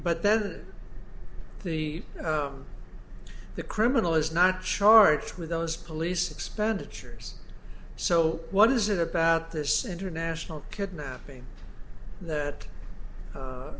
but then the the criminal is not charged with those police expenditures so what is it about this international kidnapping that